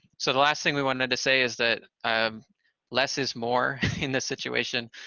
so the last thing we wanted to say is that um less is more in this situation.